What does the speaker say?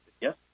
yes